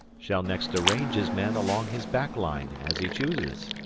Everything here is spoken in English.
shall next arrange his men along his back line, as he chooses.